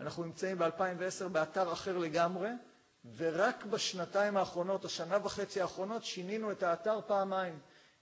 אנחנו נמצאים ב-2010 באתר אחר לגמרי ורק בשנתיים האחרונות, השנה וחצי האחרונות, שינינו את האתר פעמיים,